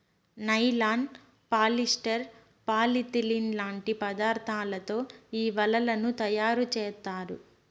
nylon, polyester, polyethylene లాంటి పదార్థాలతో ఈ వలలను తయారుచేత్తారు